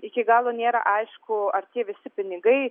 iki galo nėra aišku ar tie visi pinigai